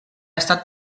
estat